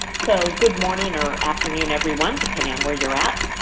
so good morning or afternoon everyone depending on where you're at.